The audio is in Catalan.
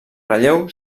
relleu